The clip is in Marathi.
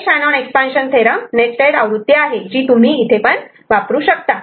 हे Shannon expansion theorem Shanon's expansion theorem nested आवृत्ती आहे जी तुम्ही इथेपण वापरू शकतात